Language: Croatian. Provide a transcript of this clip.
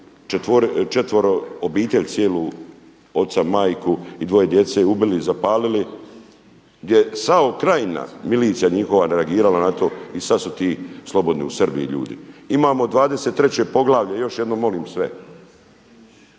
četvero, obitelj cijelu oca, majku i dvoje djece ubili i zapalili, gdje SAO Krajina, milicija njihova delegirala na to i sad su ti slobodni u Srbiji ljudi. Imamo 23. poglavlje, još jednom molim sve,